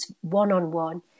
one-on-one